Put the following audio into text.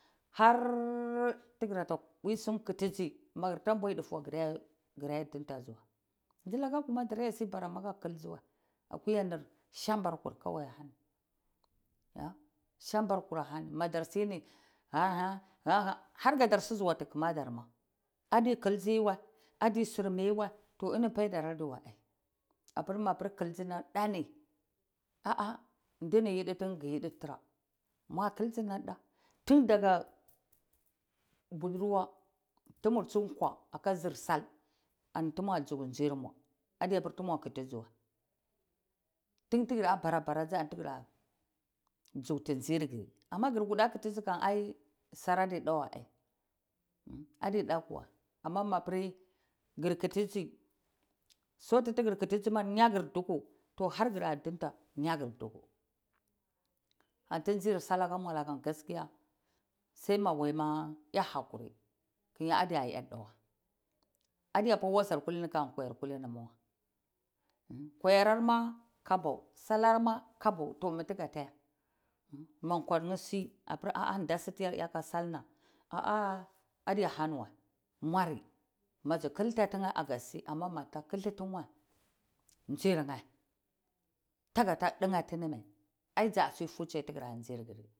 Har tigra sun kitigi ma girta mbwai dufu wai gire dintaci wai ndilaka kawa dareci bara ka kildiciwai akuya kurnir sambarji kowai sambarkur kowai ahani madarsini harkadar susuwati kmadarma adi kildzi wawai adi surmiye wai toh ini paidar ma adiwaai apir mapir kildzi nam dani ndini yidi tinheh ghi yidi tirya makildzi namda tundaga budurwa tumur tsun kwa aka zirsau antu ma dzugveizirmue adiyapir tuma kidijiwai tun tigira bara bara dzi antigabara ndzukti nzir griamagi kuta kinji ai sar adi du kuwa ama mapri gir kitiji sotu tigir kitiji ma nyagir duku toh hargra dinta ma nyagir dukwu anti dzir sal akamuala kam gaskiya sai ma waima ya hakuri kiye adiya da wai adiyapa wazar kulini kaka kawar kulini kwayarma kabaw salarma kabaw to mimi tigatu ya ma kwarnheh si apir ah-ah nda siti yar ya aka galna ah-ah adiyahaniwai muari madzi hatltatine agasi ama ma dzita kil ta tine wai dzir nheh tagata ndinha ai dzasi fuce tigira ndirgiri